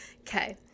okay